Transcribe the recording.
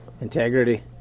Integrity